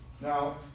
Now